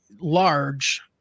large